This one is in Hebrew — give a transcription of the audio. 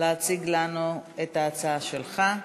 להציג לנו את ההצעה שלך.